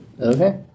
Okay